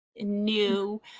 new